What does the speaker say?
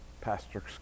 Pastor